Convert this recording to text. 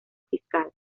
fiscal